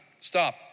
Stop